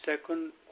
second